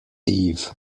eve